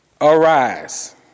Arise